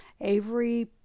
Avery